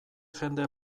jende